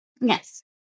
Yes